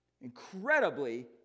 Incredibly